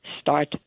start